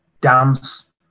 dance